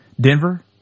Denver